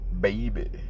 Baby